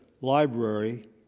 library